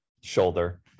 shoulder